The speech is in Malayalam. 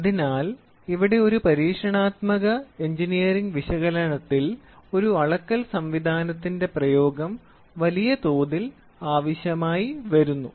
അതിനാൽ ഇവിടെ ഒരു പരീക്ഷണാത്മക എഞ്ചിനീയറിംഗ് വിശകലനത്തിൽ ഒരു അളക്കൽ സംവിധാനത്തിന്റെ പ്രയോഗം വലിയ തോതിൽ വരുന്നു